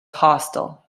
hostile